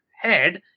head